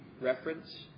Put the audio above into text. reference